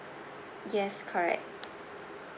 yes correct